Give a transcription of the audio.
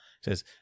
Says